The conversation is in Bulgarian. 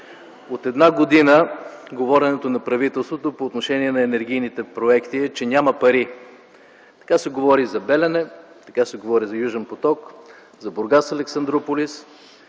От една година говоренето на правителството по отношение на енергийните проекти е, че няма пари. Така се говори за „Белене”, така се говори „Южен поток”, за „Бургас-Александруполис”.